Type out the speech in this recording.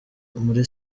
muri